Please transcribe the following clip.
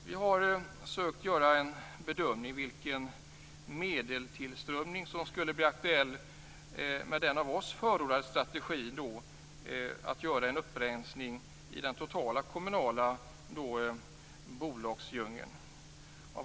Vi har försökt göra en bedömning av vilken medelstillströmning som skulle bli aktuell med den av oss förordade strategin för att göra en upprensning i den totala kommunala bolagsdjungeln.